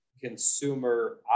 consumer